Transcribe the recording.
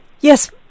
Yes